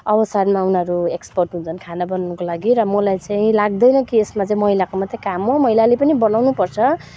अवसरमा उनीहरू एक्सपर्ट हुन्छन् खाना बनाउनुको लागि र मलाई चाहिँ लाग्दैन कि यसमा चाहिँ महिलाको मात्रै काम हो महिलाले पनि बनाउनु पर्छ